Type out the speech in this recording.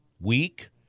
weak